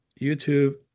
YouTube